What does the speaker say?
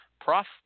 Prof